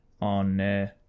on